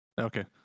Okay